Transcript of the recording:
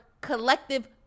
collective